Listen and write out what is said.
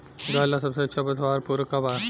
गाय ला सबसे अच्छा पशु आहार पूरक का बा?